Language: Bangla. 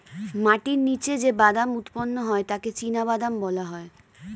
মাটির নিচে যে বাদাম উৎপন্ন হয় তাকে চিনাবাদাম বলা হয়